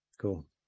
Cool